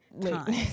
time